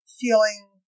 feeling